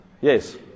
Yes